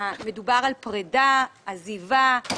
מדובר על פרידה, עזיבה,